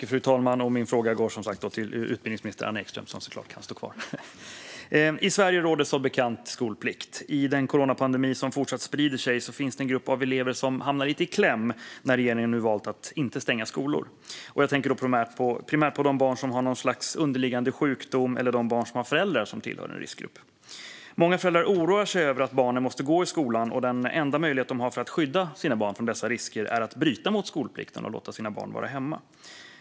Fru talman! Min fråga går till utbildningsminister Anna Ekström. I Sverige råder som bekant skolplikt. I den coronapandemi som fortsätter att sprida sig finns en grupp elever som hamnar lite i kläm när regeringen nu valt att inte stänga skolor. Jag tänker primärt på barn som har något slags underliggande sjukdom eller barn som har föräldrar som tillhör en riskgrupp. Många föräldrar oroar sig över att barnen måste gå i skolan, och den enda möjlighet de har för att skydda sina barn från dessa risker är att bryta mot skolplikten och låta barnen vara hemma.